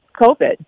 COVID